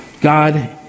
God